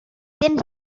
tens